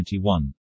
2021